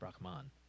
Brahman